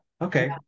Okay